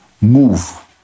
move